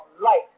light